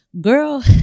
girl